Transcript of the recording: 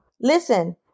listen